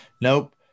Nope